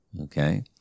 okay